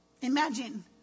Imagine